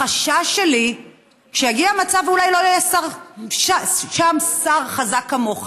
החשש שלי שיגיע מצב שאולי לא יהיה שם שר חזק כמוך